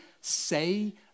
say